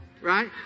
right